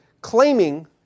claiming